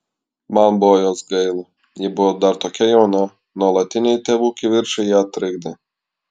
man buvo jos gaila ji buvo dar tokia jauna nuolatiniai tėvų kivirčai ją trikdė